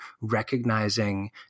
recognizing